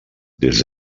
des